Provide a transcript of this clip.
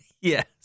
Yes